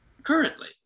currently